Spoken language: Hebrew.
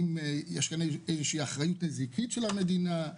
האם יש כאן אחריות נזיקית של המדינה?